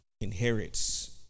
inherits